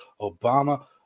Obama